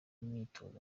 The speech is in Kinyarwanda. imyitozo